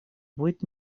будет